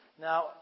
Now